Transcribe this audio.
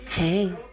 Hey